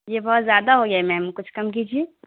یہ بہت زیادہ ہو گیا میم کچھ کم کیجیے